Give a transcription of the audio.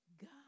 God